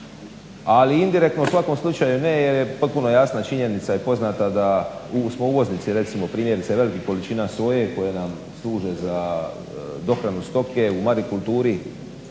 ali indirektno u svakom slučaju ne jer je potpuno jasna činjenica i poznata da smo uvoznici recimo primjerice velike količina soje koje nam služe za dohranu stoke u manikulturi,